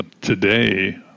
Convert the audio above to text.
today